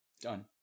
Done